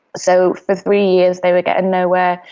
so for three years they were getting nowhere.